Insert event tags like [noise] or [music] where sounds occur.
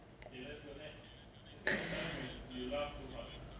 [breath]